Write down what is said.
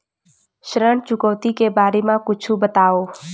ऋण चुकौती के बारे मा कुछु बतावव?